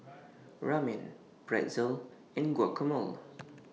Ramen Pretzel and Guacamole